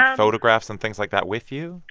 photographs and things like that with you?